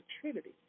trinity